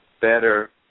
better